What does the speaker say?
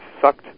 sucked